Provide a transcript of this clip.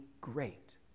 great